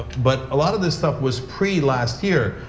but a lot of this stuff was pre-last year,